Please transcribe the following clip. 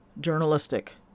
Journalistic